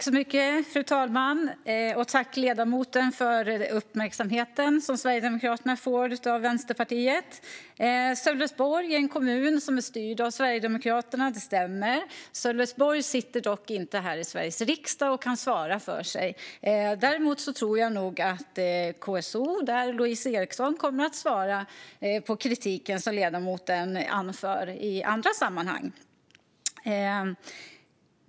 Fru talman! Jag tackar ledamoten för den uppmärksamhet som Sverigedemokraterna får av Vänsterpartiet. Sölvesborg är en kommun där Sverigedemokraterna styr. Det stämmer. Politikerna i Sölvesborg sitter dock inte här i Sveriges riksdag och kan inte svara för sig. Däremot tror jag att Louise Erixon, som är KSO där, kommer att svara i andra sammanhang på den kritik som ledamoten anför.